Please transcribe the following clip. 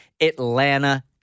Atlanta